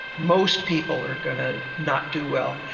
most people are going to not do well.